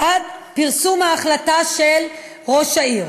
עד פרסום ההחלטה של ראש העיר.